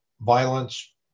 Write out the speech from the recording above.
violence